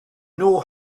know